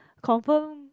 confirm